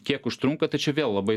kiek užtrunka tai čia vėl labai